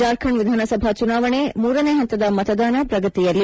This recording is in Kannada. ಜಾರ್ಖಂಡ್ ವಿಧಾನಸಭಾ ಚುನಾವಣೆ ಮೂರನೇ ಹಂತದ ಮತದಾನ ಪ್ರಗತಿಯಲ್ಲಿ